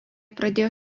pradėjo